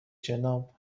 جناب